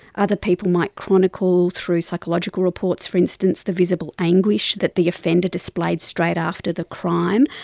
other people might chronicle through psychological reports, for instance, the visible anguish that the offender displayed straight after the crime.